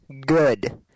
good